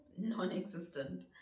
non-existent